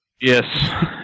Yes